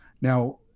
Now